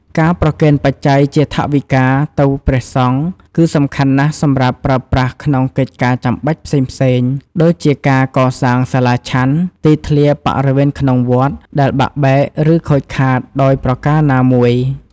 ការប្រគេនបច្ច័យជាថវិកាទៅព្រះសង្ឃ គឺសំខាន់ណាស់សម្រាប់ប្រើប្រាស់ក្នុងកិច្ចការចាំបាច់ផ្សេងៗ ដូចជាការកសាងសាលាឆាន់ ទីធ្លាបរិវេនក្នុងវត្ត ដែលបាក់បែកឫខូចខាតដោយប្រការណាមួយ។